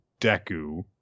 Deku